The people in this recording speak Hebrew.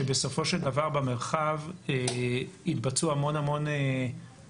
שבסופו של דבר במרחב התבצעו המון שינויים,